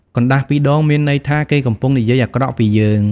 កណ្ដាស់ពីរដងមានន័យថា គេកំពុងនិយាយអាក្រក់ពីយើង។